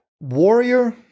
warrior